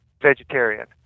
vegetarian